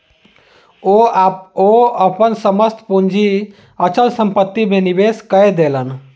ओ अपन समस्त पूंजी अचल संपत्ति में निवेश कय देलैन